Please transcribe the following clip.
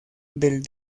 del